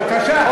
בבקשה,